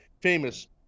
famous